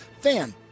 fan